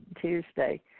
Tuesday